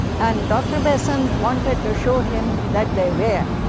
and dr. besant wanted to show him that they were.